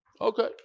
Okay